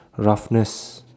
roughness